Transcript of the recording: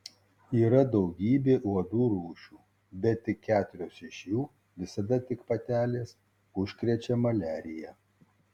yra daugybė uodų rūšių bet tik keturios iš jų visada tik patelės užkrečia maliarija